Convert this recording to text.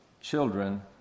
children